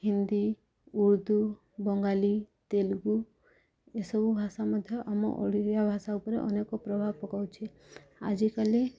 ହିନ୍ଦୀ ଉର୍ଦ୍ଦୁ ବଙ୍ଗାଳୀ ତେଲୁଗୁ ଏସବୁ ଭାଷା ମଧ୍ୟ ଆମ ଓଡ଼ିଆ ଭାଷା ଉପରେ ଅନେକ ପ୍ରଭାବ ପକାଉଛି ଆଜିକାଲି